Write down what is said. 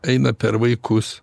eina per vaikus